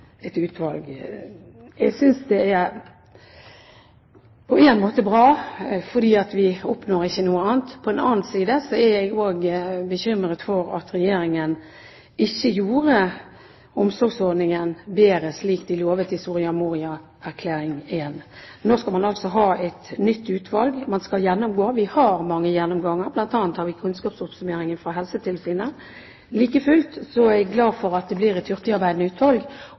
et utvalg. Jeg synes på en måte det er bra, for vi oppnår ikke noe annet. På den annen side er jeg bekymret for at Regjeringen ikke gjorde omsorgsordningen bedre, slik den lovet i Soria Moria I. Nå skal man altså ha et nytt utvalg – man skal gjennomgå. Vi har hatt gjennomganger, bl.a. har vi kunnskapsoppsummeringen fra Helsetilsynet. Like fullt er jeg glad for at det blir et hurtigarbeidende utvalg,